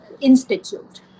institute